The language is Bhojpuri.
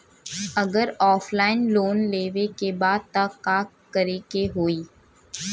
अगर ऑफलाइन लोन लेवे के बा त का करे के होयी?